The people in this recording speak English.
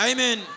Amen